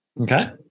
Okay